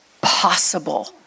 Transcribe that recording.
possible